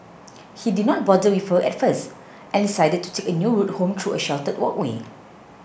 he did not bother with her at first and decided to take a new route home through a sheltered walkway